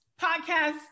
podcast